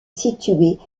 située